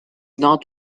not